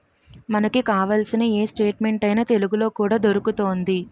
మనకు కావాల్సిన ఏ స్టేట్మెంట్ అయినా తెలుగులో కూడా దొరుకుతోంది